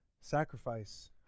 sacrifice